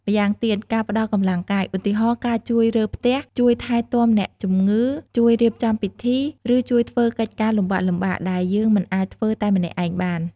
ម្យ៉ាងទៀត ការផ្តល់កម្លាំងកាយ ឧទាហរណ៍ ការជួយរើផ្ទះ ជួយថែទាំអ្នកជំងឺ ជួយរៀបចំពិធី ឬជួយធ្វើកិច្ចការលំបាកៗ ដែលយើងមិនអាចធ្វើតែម្នាក់ឯងបាន។